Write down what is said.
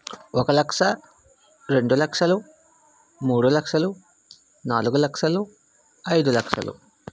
ఒక లక్ష రెండు లక్షలు మూడు లక్షలు నాలుగు లక్షలు ఐదు లక్షలు